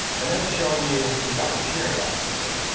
and then it's showing you we've got some peering routes in here.